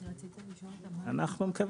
מבחינת החישובים של הסכומים כמו שאנחנו רואים